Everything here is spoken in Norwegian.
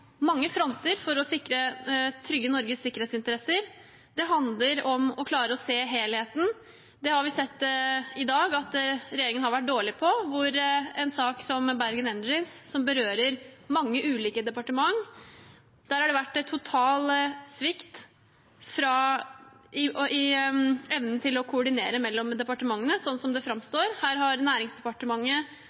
for å trygge Norges sikkerhetsinteresser. Det handler om å klare å se helheten. Det har vi sett i dag at regjeringen har vært dårlig på, med en sak som Bergen Engines, som berører mange ulike departementer. Der har det vært en total svikt i evnen til å koordinere mellom departementene, slik som det framstår. Her har Næringsdepartementet